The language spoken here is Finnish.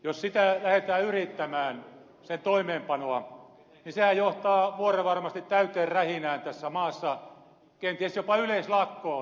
jos lähdetään yrittämään sen toimeenpanoa niin sehän johtaa vuorenvarmasti täyteen rähinään tässä maassa kenties jopa yleislakkoon